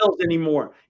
anymore